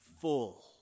full